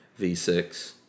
v6